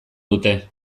dute